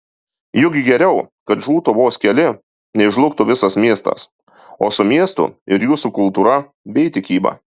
juk geriau kad žūtų vos keli nei žlugtų visas miestas o su miestu ir jūsų kultūra bei tikyba